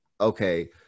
okay